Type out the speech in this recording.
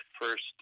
first